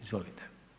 Izvolite.